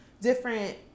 different